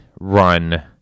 run